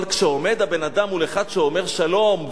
אבל כשעומד הבן-אדם מול אחד שאומר: שלום,